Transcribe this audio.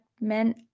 men